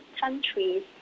countries